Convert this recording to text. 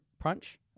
Punch